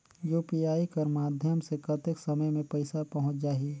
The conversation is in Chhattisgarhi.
यू.पी.आई कर माध्यम से कतेक समय मे पइसा पहुंच जाहि?